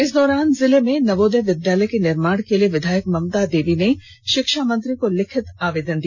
इस दौरान जिले में नवोदय विद्यालय के निर्माण के लिए विधायक ममता देवी ने शिक्षा मंत्री को लिखित आवेदन दिया